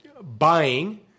buying